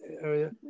area